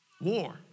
War